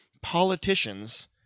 politicians